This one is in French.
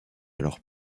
alors